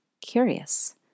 curious